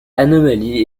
anomalie